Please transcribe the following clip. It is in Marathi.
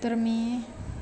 तर मी